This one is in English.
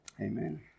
Amen